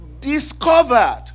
Discovered